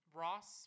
ross